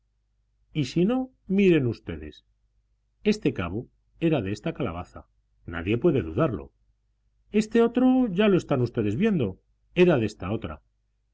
y si no miren ustedes este cabo era de esta calabaza nadie puede dudarlo este otro ya lo están ustedes viendo era de esta otra